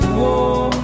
war